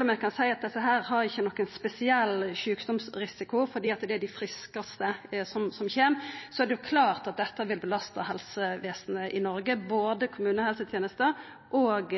om ein kan seia at desse ikkje har nokon spesiell sjukdomsrisiko fordi det er dei friskaste som kjem, er det klart at dette vil belasta helsevesenet i Noreg, både kommunehelsetenesta og